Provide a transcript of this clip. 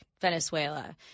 Venezuela